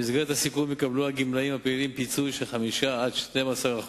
במסגרת הסיכום יקבלו הגמלאים הפעילים פיצוי של 5% 12%,